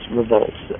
revolts